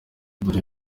dore